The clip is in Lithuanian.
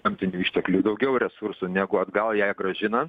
gamtinių išteklių daugiau resursų negu atgal jai grąžinant